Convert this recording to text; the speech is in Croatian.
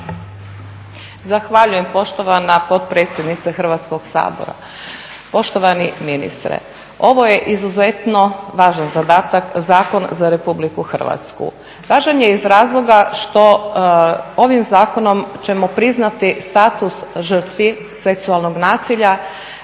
Zahvaljujem poštovana potpredsjednice Hrvatskog sabora. Poštovani ministre. Ovo je izuzetno važan zadatak, zakon za Republiku Hrvatsku. Važan je iz razloga što ovim zakonom ćemo priznati status žrtvi seksualnog nasilja.